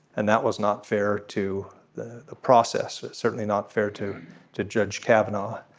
and that was not fair to the process. it's certainly not fair to to judge kavanaugh.